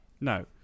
No